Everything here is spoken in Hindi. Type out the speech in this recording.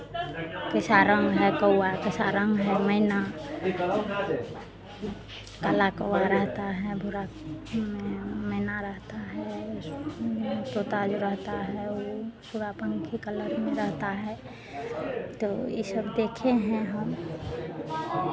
कैसा रंग है कौआ कैसा रंग है मैना काला कौआ रहेता है भूरा में मैना रहता है उसमें तोता जो रहता है वो सुगा पंखी कलर में रहता है तो ई सब देखे हैं हम